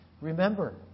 remember